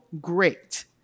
great